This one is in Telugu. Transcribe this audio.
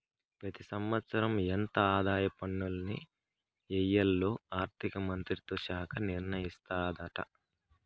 పెతి సంవత్సరం ఎంత ఆదాయ పన్నుల్ని ఎయ్యాల్లో ఆర్థిక మంత్రిత్వ శాఖ నిర్ణయిస్తాదాట